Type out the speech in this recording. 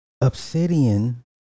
Obsidian